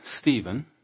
Stephen